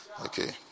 Okay